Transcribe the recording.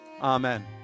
amen